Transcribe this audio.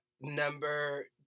Number